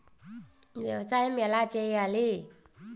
వ్యవసాయం ఎలా చేయాలి?